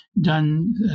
done